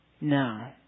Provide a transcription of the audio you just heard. No